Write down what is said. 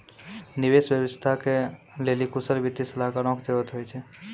निवेश व्यवस्था के लेली कुशल वित्तीय सलाहकारो के जरुरत होय छै